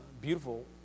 beautiful